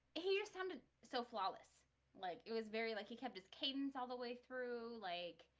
hears sounded so flawless like it was very like he kept his cadence all the way through like